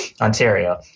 Ontario